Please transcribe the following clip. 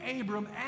Abram